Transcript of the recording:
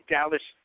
Dallas